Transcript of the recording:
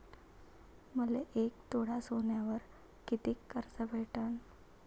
मले एक तोळा सोन्यावर कितीक कर्ज भेटन?